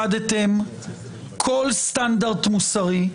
איבדתם כל סטנדרט מוסרי.